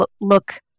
look